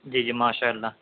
جی جی ماشاء اللہ